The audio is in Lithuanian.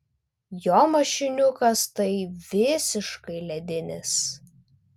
jo mašiniukas tai visiškai ledinis